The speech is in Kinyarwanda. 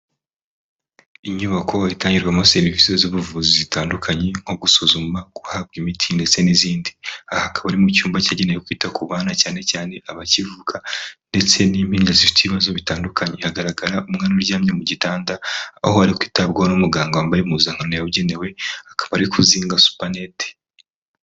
Inyubako itangirwamo serivisi z'ubuvuzi zitandukanye nko gusuzuma, guhabwa imiti ndetse n'izindi. Aha hakaba ari mu cyumba cyagenewe kwita ku bana cyane cyane abakivuka, ndetse n'impinja zifite ibibazo bitandukanye. Hagaragara umwana uryamye mu gitanda aho ari kwitabwaho n'umuganga wambaye impuzankano yabugenewe akaba ari kuzinga supanete.